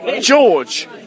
George